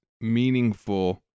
meaningful